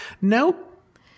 Nope